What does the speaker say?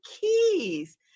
keys